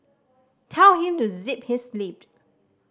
tell him to zip his lip